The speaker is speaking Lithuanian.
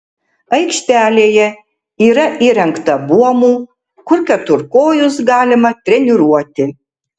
aikštelėje yra įrengta buomų kur keturkojus galima treniruoti